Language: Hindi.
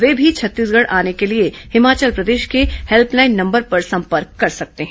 वे भी छत्तीसगढ़ आने के लिए हिमाचल प्रदेश के हेल्पलाइन नंबर पर संपर्क कर सकते हैं